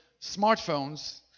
smartphones